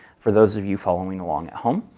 for those of you following along at home.